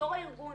כארגון